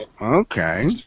okay